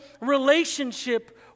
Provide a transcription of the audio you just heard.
relationship